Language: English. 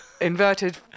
inverted